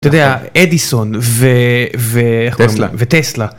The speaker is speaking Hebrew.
אתה יודע, אדיסון וטסלה.